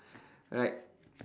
like